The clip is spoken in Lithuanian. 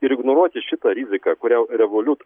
ir ignoruoti šitą riziką kurią revolut